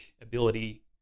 ability